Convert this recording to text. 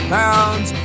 pounds